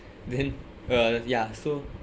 then uh ya so